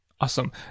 Awesome